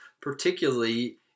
particularly